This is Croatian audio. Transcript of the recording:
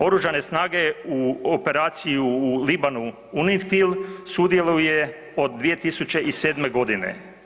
Oružane snage u operaciji u Libanonu UNIFIL sudjeluje od 2007. godine.